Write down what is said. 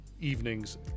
evening's